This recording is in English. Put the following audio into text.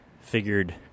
Figured